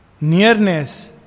nearness